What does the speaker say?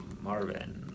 Marvin